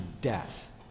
death